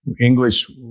English